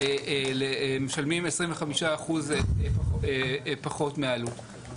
משלמים 25% פחות מהעלות.